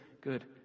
good